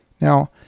Now